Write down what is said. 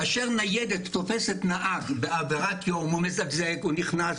כאשר ניידת תופסת נהג בעבירת יום כשהוא מזגזג או נכנס